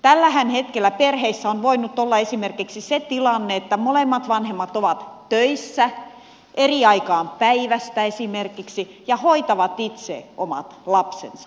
tällähän hetkellä perheissä on voinut olla esimerkiksi se tilanne että molemmat vanhemmat ovat töissä eri aikaan päivästä esimerkiksi ja hoitavat itse omat lapsensa